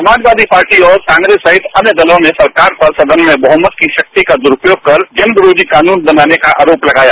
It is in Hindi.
समाजवादी पार्टी और कांग्रेस सहित अन्य दलों ने साकार पर सदन में बहुमत की शक्ति का दुरुपयोग कर जनविरोधी कानून बनाने का आरोप लगाया